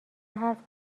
حرف